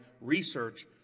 research